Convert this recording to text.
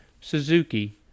Suzuki